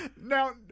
Now